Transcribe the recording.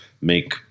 make